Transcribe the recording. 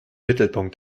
mittelpunkt